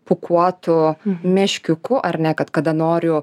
pūkuotu meškiuku ar ne kad kada noriu